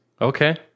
okay